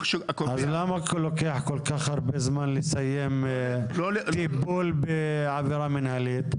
ה- -- אז למה לוקח כל כך הרבה זמן לסיים טיפול בעבירה מנהלית?